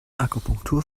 akupunktur